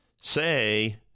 say